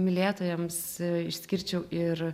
mylėtojams išskirčiau ir